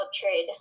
trade